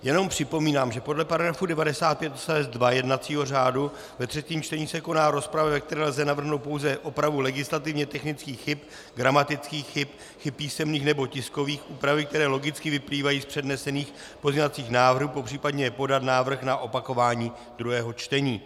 Jenom připomínám, že podle § 95 odst. 2 jednacího řádu ve třetím čtení se koná rozprava, ve které lze navrhnout pouze opravu legislativně technických chyb, gramatických chyb, chyb písemných nebo tiskových, úpravy, které logicky vyplývají z přednesených pozměňovacích návrhů, popřípadě podat návrh na opakování druhého čtení.